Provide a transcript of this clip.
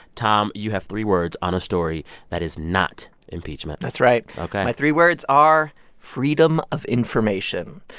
tom, you have three words on a story that is not impeachment that's right ok my three words are freedom of information.